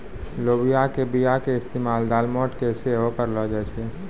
लोबिया के बीया के इस्तेमाल दालमोट मे सेहो करलो जाय छै